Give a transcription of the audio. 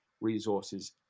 resources